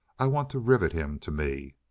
i want to rivet him to me!